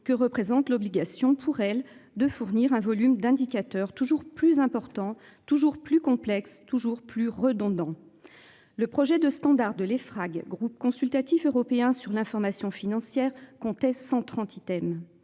que représente l'obligation pour elle de fournir un volume d'indicateurs toujours plus important toujours plus complexes toujours plus redondants. Le projet de standards de les fringues groupe consultatif européen sur l'information financière comptait 130 items,